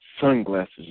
Sunglasses